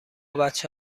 بچه